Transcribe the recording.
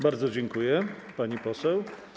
Bardzo dziękuję, pani poseł.